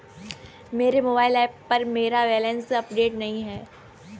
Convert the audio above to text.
मेरे mobile app पर मेरा बैलेंस अपडेट नहीं है